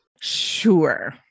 Sure